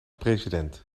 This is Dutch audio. president